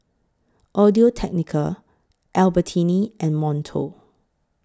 Audio Technica Albertini and Monto